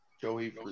Joey